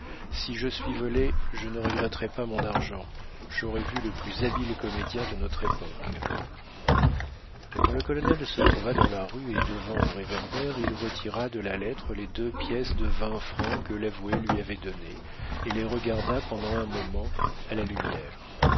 si je suis volé je ne regretterai pas mon argent j'aurai vu le plus habile comédien de notre époque quand le colonel se trouva dans la rue et devant un réverbère il retira de la lettre les deux pièces de vingt francs que l'avoué lui avait données et les regarda pendant un moment à la lumière